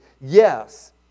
yes